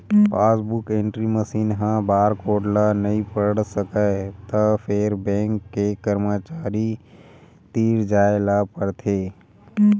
passbook entry machine ह barcode ल नइ पढ़ सकय त फेर बेंक के करमचारी तीर जाए ल परथे